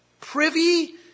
privy